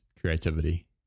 creativity